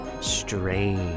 strange